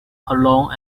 alone